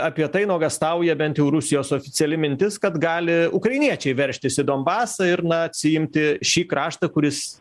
apie tai nuogąstauja bent jau rusijos oficiali mintis kad gali ukrainiečiai veržtis į donbasą ir na atsiimti šį kraštą kuris